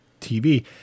TV